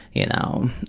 you know,